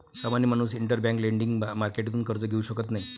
सामान्य माणूस interbank lending मार्केटतून कर्ज घेऊ शकत नाही